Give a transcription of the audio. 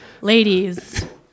Ladies